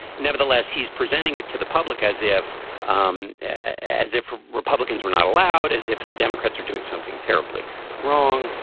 nevertheless he's presenting it to the public as if um as if republicans were not allowed as if the democrats are doing something terribly wrong.